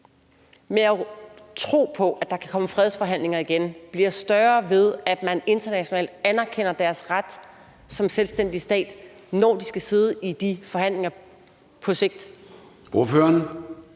med at tro på, at der kan komme fredsforhandlinger igen, bliver større, ved at man internationalt anerkender deres ret som selvstændig stat, når de skal sidde i de forhandlinger på sigt? Kl.